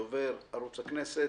דובר, ערוץ הכנסת.